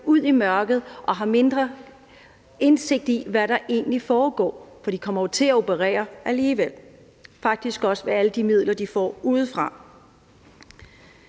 ud i mørket og har mindre indsigt i, hvad der egentlig foregår. For de kommer jo til at operere alligevel – faktisk også ved alle de midler, de får udefra.